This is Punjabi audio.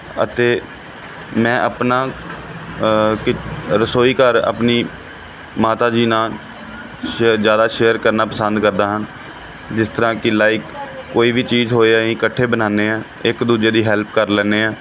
ਅਤੇ ਮੈਂ ਆਪਣਾ ਕਿ ਰਸੋਈ ਘਰ ਆਪਣੀ ਮਾਤਾ ਜੀ ਨਾਲ ਸਿ ਜ਼ਿਆਦਾ ਸ਼ੇਅਰ ਕਰਨਾ ਪਸੰਦ ਕਰਦਾ ਹਨ ਜਿਸ ਤਰ੍ਹਾਂ ਕਿ ਲਾਇਕ ਕੋਈ ਵੀ ਚੀਜ਼ ਹੋਵੇ ਅਸੀਂ ਇਕੱਠੇ ਬਣਾਉਂਦੇ ਹਾਂ ਇੱਕ ਦੂਜੇ ਦੀ ਹੈਲਪ ਕਰ ਲੈਂਦੇ ਹਾਂ